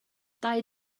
dau